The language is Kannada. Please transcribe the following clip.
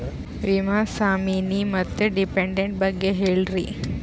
ವಿಮಾ ನಾಮಿನಿ ಮತ್ತು ಡಿಪೆಂಡಂಟ ಬಗ್ಗೆ ಹೇಳರಿ?